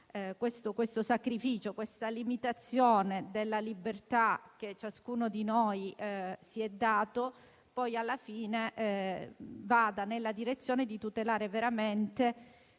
questo sacrificio e la limitazione della libertà che ciascuno di noi si è dato siano alla fine utili e vadano nella direzione di tutelare veramente